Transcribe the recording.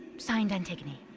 signed, antigone.